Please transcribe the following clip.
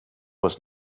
was